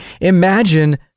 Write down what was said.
Imagine